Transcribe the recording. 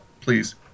Please